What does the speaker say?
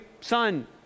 son